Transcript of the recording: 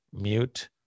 mute